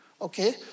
okay